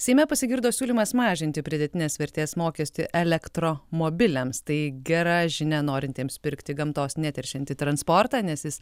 seime pasigirdo siūlymas mažinti pridėtinės vertės mokestį elektromobiliams tai gera žinia norintiems pirkti gamtos neteršiantį transportą nes jis